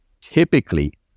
typically